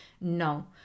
no